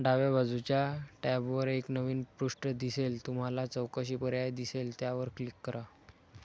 डाव्या बाजूच्या टॅबवर एक नवीन पृष्ठ दिसेल तुम्हाला चौकशी पर्याय दिसेल त्यावर क्लिक करा